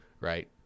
right